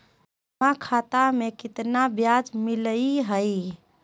जमा खाता में केतना ब्याज मिलई हई?